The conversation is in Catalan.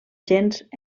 gens